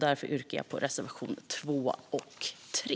Därför yrkar jag bifall till reservation 2 och 3.